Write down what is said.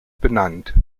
benannt